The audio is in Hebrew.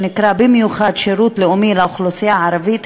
שנקרא במיוחד שירות לאומי לאוכלוסייה הערבית,